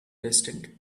distant